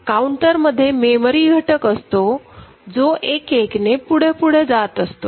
counter मध्ये memory घटक असतो जो एक एक ने पुढे पुढे जात असतो